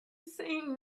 saying